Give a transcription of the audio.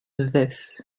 this